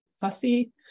fussy